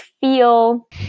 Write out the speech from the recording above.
feel